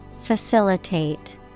Facilitate